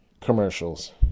commercials